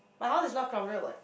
my house is not crowded [what]